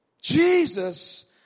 Jesus